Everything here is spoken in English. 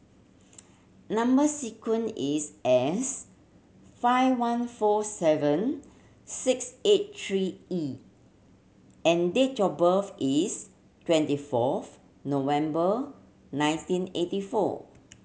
number sequence is S five one four seven six eight three E and date of birth is twenty fourth November nineteen eighty four